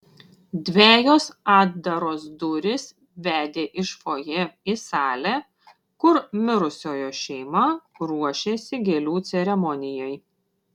dvejos atdaros durys vedė iš fojė į salę kur mirusiojo šeima ruošėsi gėlių ceremonijai